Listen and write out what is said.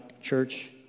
church